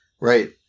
Right